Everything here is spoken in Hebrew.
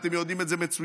אתם יודעים את זה מצוין.